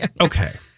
okay